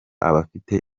abafite